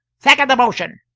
second the motion!